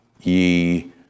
ye